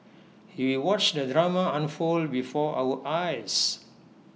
he watched the drama unfold before our eyes